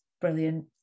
Brilliant